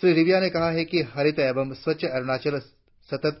श्री रेबिया ने कहा कि हरित एवं स्वच्छ अरुणाचल सतत